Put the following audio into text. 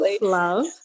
love